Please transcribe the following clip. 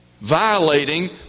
Violating